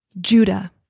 Judah